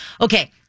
okay